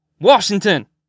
Washington